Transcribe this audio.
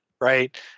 right